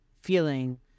feeling